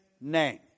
name